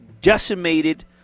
decimated